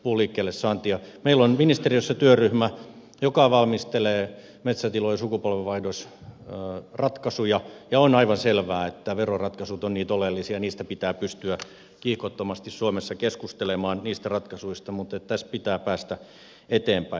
meillä on ministeriössä työryhmä joka valmistelee metsätilojen sukupolvenvaihdosratkaisuja ja on aivan selvää että veroratkaisut ovat niitä oleellisia ja niistä ratkaisuista pitää pystyä kiihkottomasti suomessa keskustelemaan mutta tässä pitää päästä eteenpäin